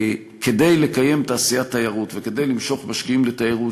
כדי לקיים תעשיית תיירות וכדי למשוך משקיעים לתיירות,